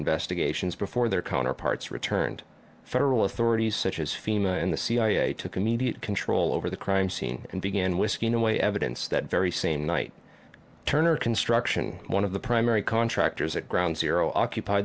investigations before their counterparts returned federal authorities such as fema and the cia took a media control over the crime scene and began whisking away evidence that very same night turner construction one of the primary contractors at ground zero occup